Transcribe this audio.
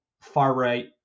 far-right